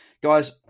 guys